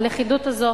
הלכידות הזאת,